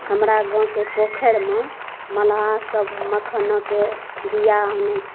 हमरा गाँवके पोखरिमे मलाह सब मखानके बीया आनै